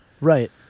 Right